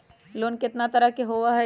Loan केतना तरह के होअ हई?